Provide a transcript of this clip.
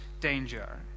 danger